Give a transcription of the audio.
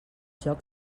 joc